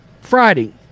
Friday